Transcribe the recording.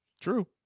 true